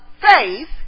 faith